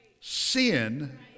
sin